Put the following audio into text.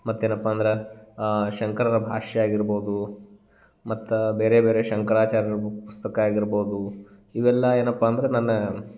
ಮತ್ತೇನಪ್ಪ ಅಂದ್ರೆ ಶಂಕರರ ಭಾಷ್ಯ ಆಗಿರ್ಬೋದು ಮತ್ತು ಬೇರೆ ಬೇರೆ ಶಂಕರಾಚಾರ್ಯರ ಪುಸ್ತಕ ಆಗಿರ್ಬೋದು ಇವೆಲ್ಲ ಏನಪ್ಪ ಅಂದ್ರೆ ನನ್ನ